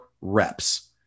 reps